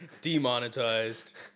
demonetized